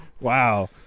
Wow